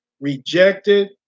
rejected